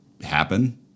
happen